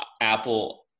Apple